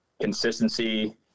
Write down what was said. consistency